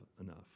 enough